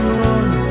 run